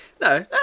no